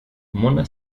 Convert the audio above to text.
mona